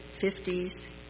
fifties